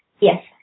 Yes